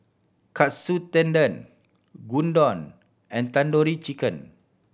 Katsu Tendon Gyudon and Tandoori Chicken